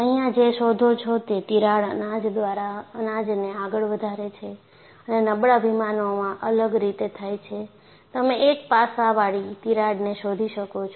અહીંયા જે શોધો છો તે તિરાડ અનાજ દ્વારા અનાજને આગળ વધારે છે અને નબળા વિમાનોમાં અલગ રીતે થાય છે તમે એક પાસાવાળી તિરાડને શોધી શકો છો